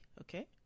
okay